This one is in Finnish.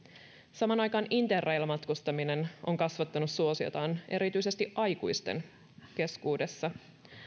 samaan aikaan interrailmatkustaminen on kasvattanut suosiotaan erityisesti aikuisten keskuudessa